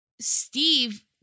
Steve